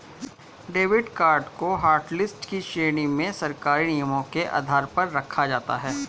debit card को hotlist की श्रेणी में सरकारी नियमों के आधार पर रखा जाता है